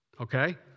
okay